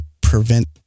prevent